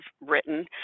written